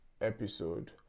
episode